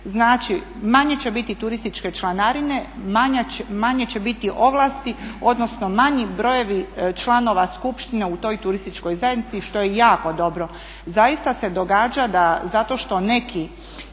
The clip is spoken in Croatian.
Znači manje će biti turističke članarine, manje će biti ovlasti odnosno manji brojevi članova skupštine u toj turističkoj zajednici što je jako dobro. Zaista se događa da zato što neki